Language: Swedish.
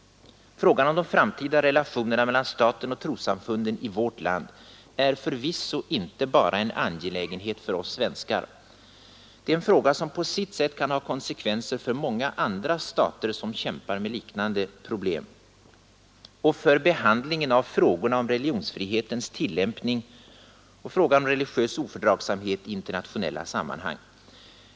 Frågan om de framtida relationerna mellan staten och trossamfunden i vårt land är förvisso inte bara en angelägenhet för oss svenskar — det är en fråga som på sitt sätt kan ha konsekvenser för många andra stater som kämpar med liknande problem och för behandlingen av frågan om religionsfrihetens tillämpning och frågan om religiös ofördragsamhet i internationella sammanhang.